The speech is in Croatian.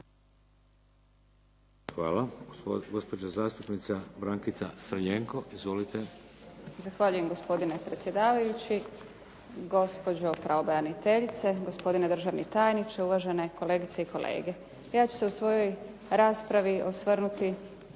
Hvala. Gospođa zastupnica Brankica Crljenko. Izvolite. **Crljenko, Brankica (SDP)** Zahvaljujem. Gospodine predsjedavajući, gospođo pravobraniteljice, gospodine državni tajniče, uvažene kolegice i kolege. Ja ću se u svojoj raspravi osvrnuti